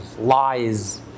lies